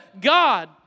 God